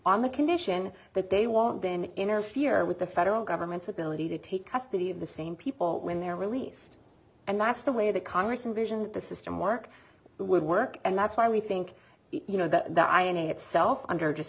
on the condition that they want then interfere with the federal government's ability to take custody of the same people when they're released and that's the way that congress and vision the system work would work and that's why we think you know that that i itself under just